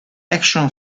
action